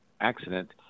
accident